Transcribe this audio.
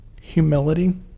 Humility